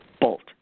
bolt